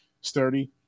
Sturdy